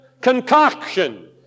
concoction